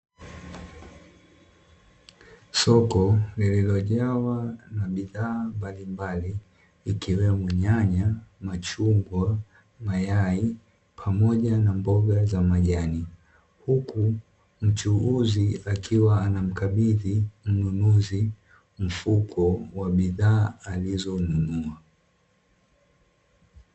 Soko lililojawa na bidhaa mbalimbali ikiwemo: nyanya, machungwa, mayai pamoja na mboga za majani. Huku mchuuzi akiwa anamkabidhi mnunuzi mfuko wa bidhaa alizonunua.